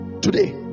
today